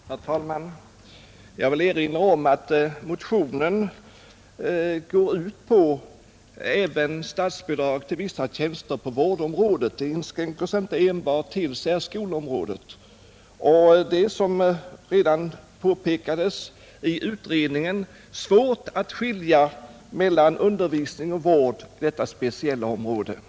Herr talman! Jag vill erinra om att motionen går ut på att statsbidrag ges även till vissa tjänster på vårdområdet. Den inskränker sig alltså inte till särskoleområdet. Det är, som redan har påpekats av utredningen, svårt att skilja mellan undervisning och vård när det gäller denna speciella omsorgsverksamhet.